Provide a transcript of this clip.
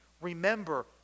remember